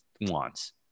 wants